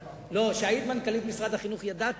שהיית מנכ"לית משרד החינוך ידעתי,